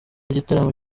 igitaramo